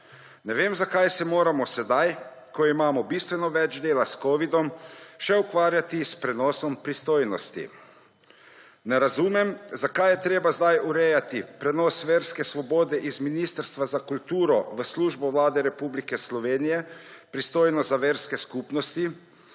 Ne vem, zakaj se moramo sedaj, ko imamo bistveno več dela s Covidom, še ukvarjati s prenosom pristojnosti. Ne razumem, zakaj je treba zdaj urejati prenos verske svobode iz Ministrstva za kulturo v Službo Vlade Republike Slovenije, pristojno za verske skupnosti,